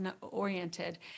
oriented